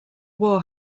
war